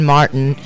Martin